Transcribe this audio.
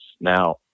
Now